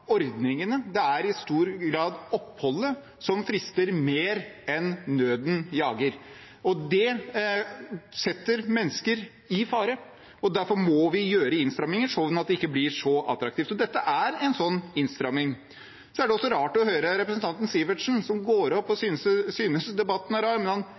ordningene og i stor grad oppholdet som frister mer enn nøden jager. Det setter mennesker i fare. Derfor må vi gjøre innstramminger sånn at det ikke blir så attraktivt. Og dette er en sånn innstramming. Så er det også rart å høre representanten Sivertsen som går opp og synes at debatten er